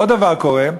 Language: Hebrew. עוד דבר קורה,